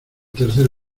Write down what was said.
tercer